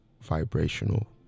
vibrational